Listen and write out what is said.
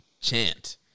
chant